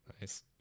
Nice